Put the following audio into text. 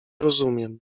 rozumiem